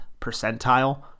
percentile